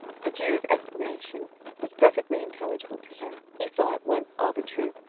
the jew's explanation was perfectly intelligible to him he saw at once all the truth.